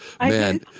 man